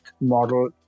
model